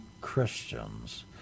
Christians